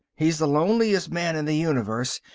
he's the loneliest man in the universe,